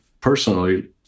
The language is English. personally